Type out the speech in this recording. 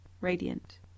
radiant